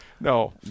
no